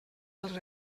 els